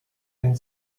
and